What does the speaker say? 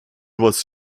was